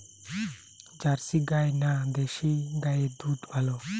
Jersey গাই না দেশী গাইয়ের দুধ ভালো?